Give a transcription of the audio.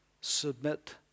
Submit